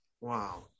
Wow